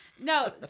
No